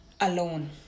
alone